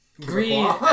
green